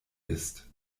ist